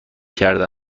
کرده